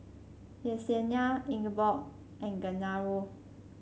Yessenia Ingeborg and Genaro